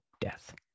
death